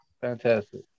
Fantastic